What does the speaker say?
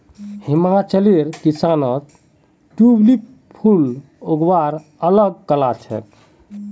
हिमाचलेर किसानत ट्यूलिप फूल उगव्वार अल ग कला छेक